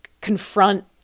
confront